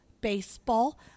baseball